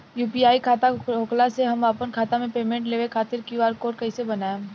UPI खाता होखला मे हम आपन खाता मे पेमेंट लेवे खातिर क्यू.आर कोड कइसे बनाएम?